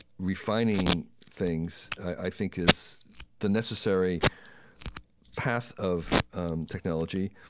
refining things, i think, is the necessary path of technology,